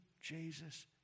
Jesus